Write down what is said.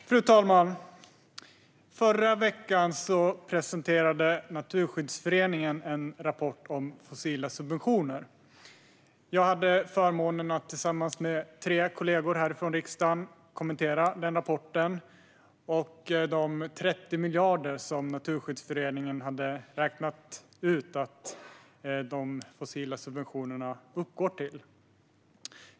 Fru talman! Förra veckan presenterade Naturskyddsföreningen en rapport om fossila subventioner. Jag hade förmånen att tillsammans med tre kollegor från riksdagen kommentera den rapporten och de 30 miljarder som Naturskyddsföreningen hade räknat ut att de fossila subventionerna uppgår till.